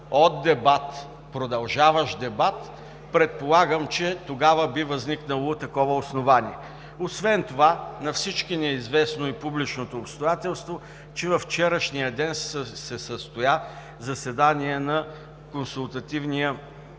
от продължаващ дебат, предполагам, че тогава би възникнало такова основание. Освен това на всички ни е известно и публичното обстоятелство, че във вчерашния ден се състоя заседание на Консултативния